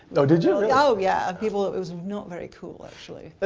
oh did you, really? oh yeah. people it was not very cool actually.